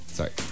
Sorry